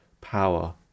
power